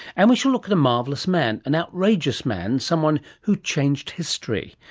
and we shall look at a marvellous man, an outrageous man, someone who changed history.